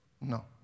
No